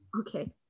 Okay